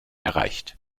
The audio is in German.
erreicht